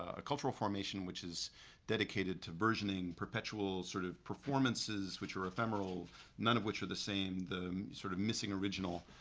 a cultural formation which is dedicated to versioning perpetual sort of performances which are ephemeral none of which are the same, the sort of missing original.